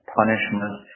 punishment